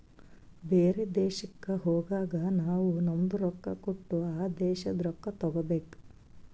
ಬೇರೆ ದೇಶಕ್ ಹೋಗಗ್ ನಾವ್ ನಮ್ದು ರೊಕ್ಕಾ ಕೊಟ್ಟು ಆ ದೇಶಾದು ರೊಕ್ಕಾ ತಗೋಬೇಕ್